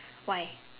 why